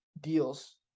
deals